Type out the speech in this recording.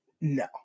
No